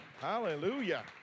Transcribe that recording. Hallelujah